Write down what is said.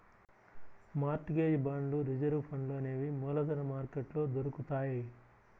mart gauge బాండ్లు reserve ఫండ్లు అనేవి మూలధన మార్కెట్లో దొరుకుతాయ్